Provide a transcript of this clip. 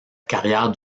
carrière